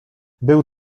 był